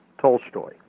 Tolstoy